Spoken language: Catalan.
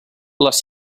les